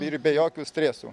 ir be jokių stresų